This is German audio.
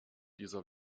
dieser